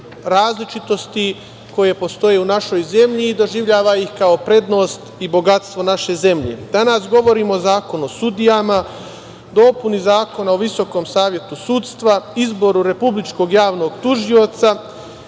različitosti koje postoje u našoj zemlji i doživljava ih kao prednost i bogatstvo naše zemlje. Danas govorimo o Zakonu o sudijama, dopuni Zakona o Visokom savetu sudstva, izboru republičkog javnog tužioca